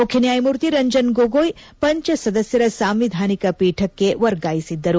ಮುಖ್ಯ ನ್ಯಾಯಮೂರ್ತಿ ರಂಜನ್ ಗೊಗೊಯಿ ಪಂಚ ಸದಸ್ಯರ ಸಾಂವಿಧಾನಿಕ ಪೀಠಕ್ಕೆ ವರ್ಗಾಯಿಸಿದ್ದರು